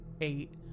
eight